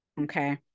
Okay